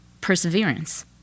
Perseverance